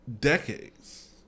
decades